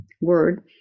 word